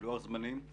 לוח זמנים?